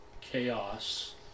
chaos